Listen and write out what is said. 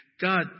God